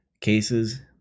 cases